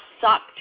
sucked